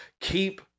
Keep